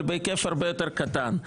אבל בהיקף הרבה יותר קטן.